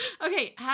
Okay